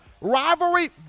rivalry